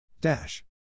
Dash